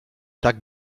tak